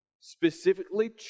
specifically